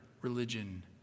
religion